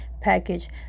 package